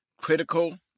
critical